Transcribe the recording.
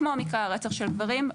כמו מקרי הרצח של גברים,